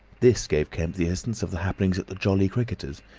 this gave kemp the essence of the happenings at the jolly cricketers,